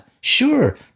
sure